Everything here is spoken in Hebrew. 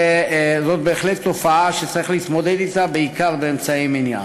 זאת בהחלט תופעה שצריך להתמודד אתה בעיקר באמצעי מניעה.